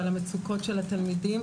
ועל המצוקות של התלמידים,